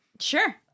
Sure